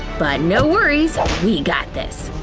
but no worries, we got this!